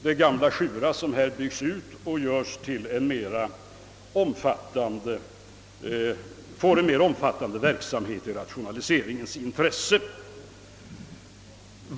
Det är gamla SJURA som byggs ut och får en mer omfattande verksamhet i rationaliseringens intresse.